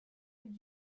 did